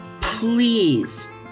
Please